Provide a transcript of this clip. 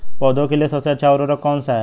पौधों के लिए सबसे अच्छा उर्वरक कौन सा है?